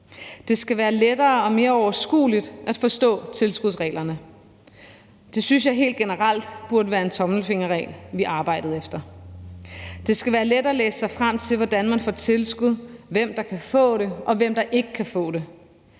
Det skal være lettere og mere overskueligt at forstå tilskudsreglerne. Det synes jeg helt generelt burde være en tommelfingerregel, vi arbejdede efter. Det skal være let at læse sig frem til, hvordan man får tilskud, hvem der kan få det, og hvem der ikke kan få det.